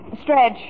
Stretch